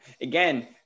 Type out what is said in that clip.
again